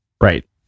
Right